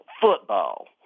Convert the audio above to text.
football